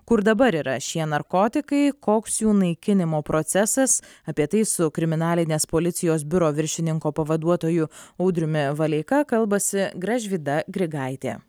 kur dabar yra šie narkotikai koks jų naikinimo procesas apie tai su kriminalinės policijos biuro viršininko pavaduotoju audriumi valeika kalbasi gražvyda grigaitė